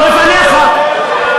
לפניך.